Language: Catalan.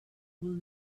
cul